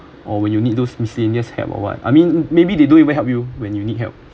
or when you need those help or what I mean maybe they don't even help you when you need help